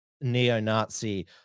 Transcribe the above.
neo-Nazi